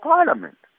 Parliament